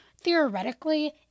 Theoretically